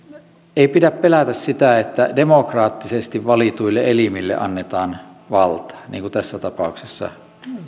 ei pidä pelätä sitä että demokraattisesti valituille elimille annetaan valta niin kuin tässä tapauksessa